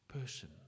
person